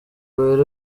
wera